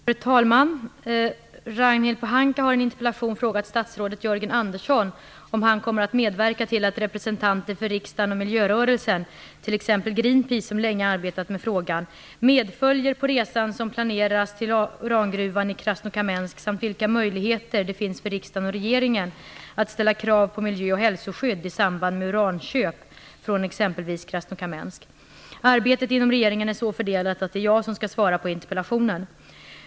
Fru talman! Ragnhild Pohanka har i en interpellation frågat statsrådet Jörgen Andersson om han kommer att medverka till att representanter för riksdagen och miljörörelsen, t.ex. Greenpeace som länge arbetat med frågan, medföljer på den resa som planeras till urangruvan i Krasnokamensk samt vilka möjligheter det finns för riksdagen och regeringen att ställa krav på miljö och hälsoskydd i samband med uranköp från exempelvis Krasnokamensk. Arbetet inom regeringen är så fördelat att det är jag som skall svara på interpellationen.